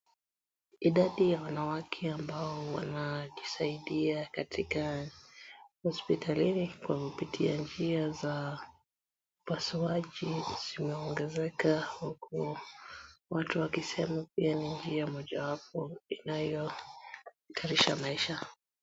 Idadi ya wanawake ambao wanajisaidia katika hospitalini kwa kupitia njia za upasuaji zimeongezeka huku watu wakisema pia ni njia mojwapo inayohatarisha maisha.